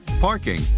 parking